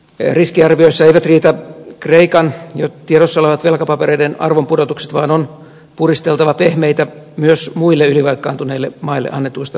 riskiarvioissa eivät riitä kreikan jo tiedossa olevat velkapapereiden arvonpudotukset vaan on puristeltava pehmeitä myös muille ylivelkaantuneille maille annetuista luotoista